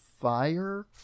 Fire